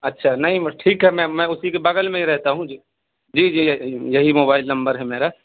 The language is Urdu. اچھا نہیں ٹھیک ہے میں میں اسی کے بغل میں ہی رہتا ہوں جی جی جی یہی موبائل نمبر ہے میرا